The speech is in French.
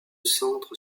centre